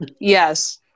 yes